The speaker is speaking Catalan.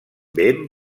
ben